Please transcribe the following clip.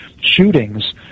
shootings